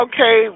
Okay